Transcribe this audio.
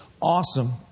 awesome